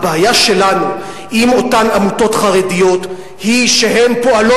הבעיה שלנו עם אותן עמותות חרדיות היא שהן פועלות